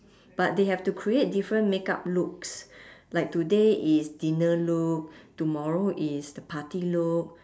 but they have to create different makeup looks like today is dinner look tomorrow is the party look